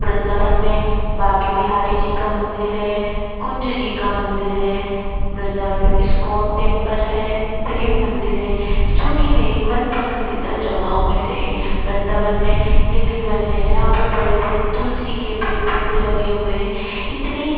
वृंदावन में बांके बिहारी जी का मंदिर है कुंज जी का मंदिर है वृंदावन में इस्कोन टेम्पल है प्रेम मंदिर है जो कि मेरी मन पसंदीदा जगाहों मे से हे वृंदावन में निधि वन है जहाँ पर बड़े बड़े तुलसी के पेड़ पौधे लगे हुए हैं इतनी